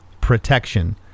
protection